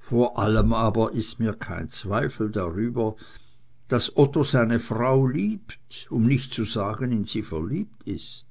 vor allem aber ist mir kein zweifel darüber daß otto seine frau liebt um nicht zu sagen in sie verliebt ist